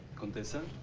constanza